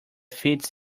feeds